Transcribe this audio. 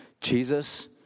Jesus